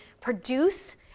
produce